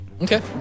Okay